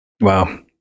Wow